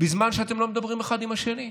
בזמן שאתם לא מדברים אחד עם השני?